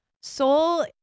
Soul